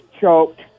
choked